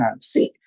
See